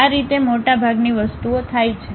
આ રીતે મોટાભાગની વસ્તુઓ થાય છે